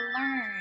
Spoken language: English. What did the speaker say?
learn